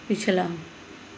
ਪਿਛਲਾ